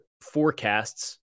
forecasts